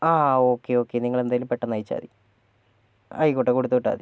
ആ okay okay നിങ്ങളെന്തായാലും പെട്ടന്നയച്ചാൽ മതി ആയിക്കോട്ടെ കൊടുത്തു വിട്ടാൽ മതി